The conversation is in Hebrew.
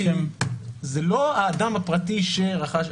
זה לא האדם הפרטי שרכש.